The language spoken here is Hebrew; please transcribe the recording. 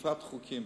אכיפת חוקים.